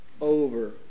over